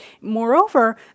moreover